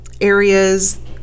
areas